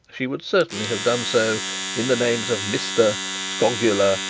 she would certainly have done so in the names of mista, skogula,